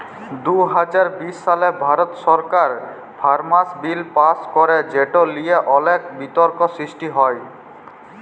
দু হাজার বিশ সালে ভারত সরকার ফার্মার্স বিল পাস্ ক্যরে যেট লিয়ে অলেক বিতর্ক সৃষ্টি হ্যয়